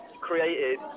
created